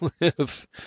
live